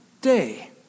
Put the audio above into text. day